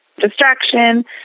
Distraction